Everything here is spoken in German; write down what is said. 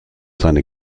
seine